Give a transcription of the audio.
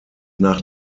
nach